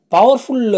Powerful